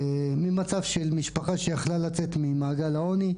ממצב של משפחה שיכלה לצאת ממעגל העוני,